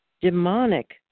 demonic